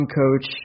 coach